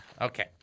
Okay